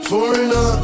Foreigner